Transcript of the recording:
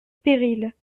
périls